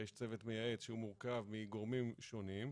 יש צוות מייעץ שמורכב מגורמים שונים,